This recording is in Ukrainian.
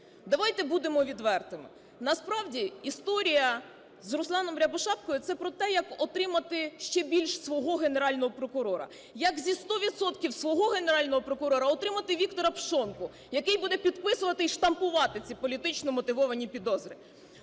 Давайте будемо відвертими. Насправді історія з Русланом Рябошапкою – це про те, як отримати ще більш свого Генерального прокурора, як зі 100 відсотків свого Генерального прокурора отримати Віктора Пшонку, який буде підписувати і штампувати ці політично мотивовані підозри.